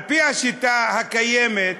על-פי השיטה הקיימת,